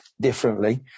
differently